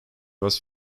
was